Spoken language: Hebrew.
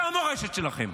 זו המורשת שלכם.